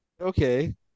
Okay